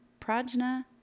Prajna